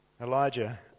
Elijah